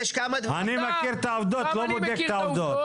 לא, אני מכיר את העובדות, לא בודק את העובדות.